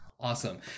Awesome